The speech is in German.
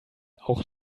auch